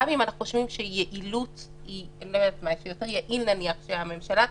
גם אם אנחנו חושבים שיותר יעיל שהממשלה תכריז,